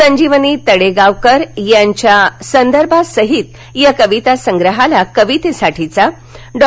संजीवनी तडेगावकर यांच्या संदर्भासहित या कवितासंग्रहाला कवितेसाठीचा डॉ